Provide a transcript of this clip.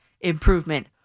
improvement